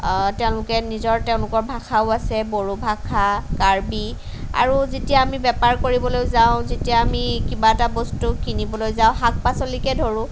তেওঁলোকে নিজৰ তেওঁলোকৰ ভাষাও আছে বড়ো ভাষা কাৰ্বি আৰু যেতিয়া আমি বেপাৰ কৰিবলৈ যাওঁ যেতিয়া আমি কিবা এটা বস্তু কিনিবলৈ যাওঁ শাক পাচলিকে ধৰো